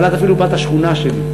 אבל את אפילו בת השכונה שלי,